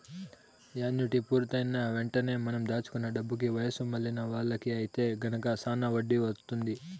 annuity పూర్తయిన వెంటనే మనం దాచుకున్న డబ్బుకి వయసు మళ్ళిన వాళ్ళకి ఐతే గనక శానా వడ్డీ వత్తుంది